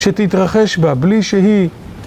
שתתרחש בה בלי שהיא...